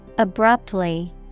Abruptly